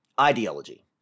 Ideology